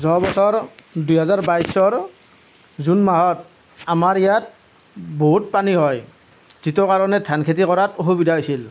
যোৱা বছৰ দুহেজাৰ বাইছৰ জুন মাহত আমাৰ ইয়াত বহুত পানী হয় যিটোৰ কাৰণে ধান খেতি কৰাত অসুবিধা হৈছিল